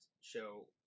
show